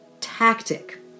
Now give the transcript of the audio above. tactic